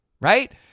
right